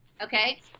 okay